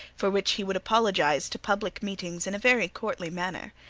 for which he would apologize to public meetings in a very courtly manner.